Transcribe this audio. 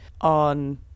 on